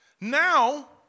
Now